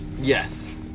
Yes